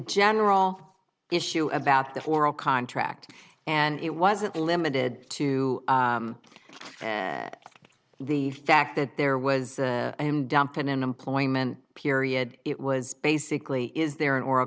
general issue about the oral contract and it wasn't limited to the fact that there was and dumped in an employment period it was basically is there an oral